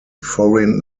foreign